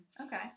okay